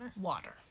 Water